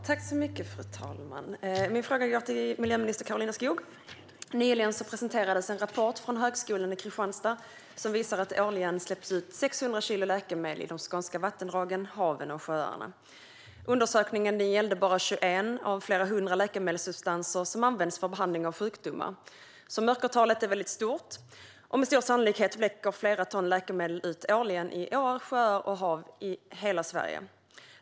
Fru talman! Min fråga går till miljöminister Karolina Skog. Nyligen presenterades en rapport från Högskolan i Kristianstad som visade att det årligen släpps ut 600 kilo läkemedel i de skånska vattendragen, haven och sjöarna. Undersökningen gällde bara 21 av flera hundra läkemedelssubstanser som används för behandling av sjukdomar. Mörkertalet är stort. Med stor sannolikhet läcker flera ton läkemedel ut årligen i åar, sjöar och hav i hela Sverige.